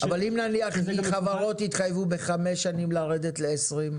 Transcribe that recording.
אבל אם נניח חברות יתחייבו בחמש שנים לרדת ל-20?